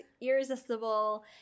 irresistible